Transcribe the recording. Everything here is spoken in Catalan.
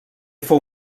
fou